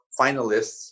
finalists